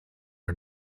are